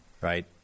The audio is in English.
right